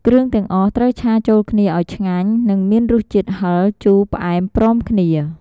គ្រឿងទាំងអស់ត្រូវឆាចូលគ្នាឱ្យឆ្ងាញ់ និងមានរសជាតិហឹរ ជូរ ផ្អែមព្រមគ្នា។